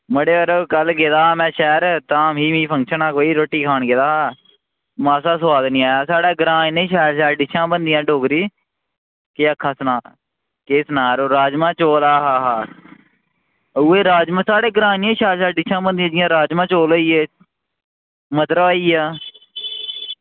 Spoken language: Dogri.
मड़ेओ यरो कल गेदा हा में शैह्र ते धाम ही मीं फंक्शन हा कोई रोटी खान गेदा हा मास्सा सोआद निं आया साढ़े ग्रां इन्नी शैल शैल डिशां बनदियां डोगरी केह् आक्खां सनां केह् सनां यरो राजमांह् चौल आ हा हा उ'ऐ राजमांह् साढ़े ग्रां इन्नियां शैल शैल डिशां बनदियां जियां राजमांह् चौल होई गे मधरा होई गेआ